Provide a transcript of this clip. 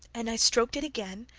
and i stroked it again,